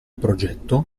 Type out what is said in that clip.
progetto